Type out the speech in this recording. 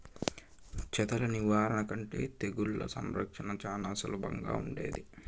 చెదల నివారణ కంటే తెగుళ్ల సంరక్షణ చానా సులభంగా ఉంటాది